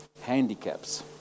handicaps